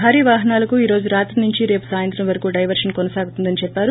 భారీ వాహనాలకు ఈరోజు రాత్రి నుంచి రేపు ేసాయంత్రం ే వరకు డైవర్షన్ కొనసాగుతుందని చెప్పారు